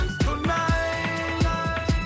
tonight